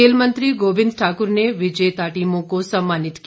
खेल मंत्री गोविंद ठाकुर ने विजेता टीमों को समानित किया